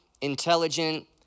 intelligent